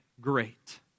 great